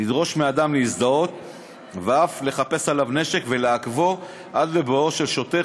לדרוש מאדם להזדהות ואף לחפש עליו נשק ולעכבו עד לבואו של שוטר,